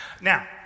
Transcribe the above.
Now